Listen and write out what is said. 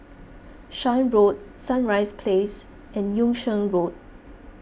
Shan Road Sunrise Place and Yung Sheng Road